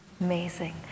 Amazing